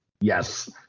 Yes